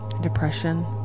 depression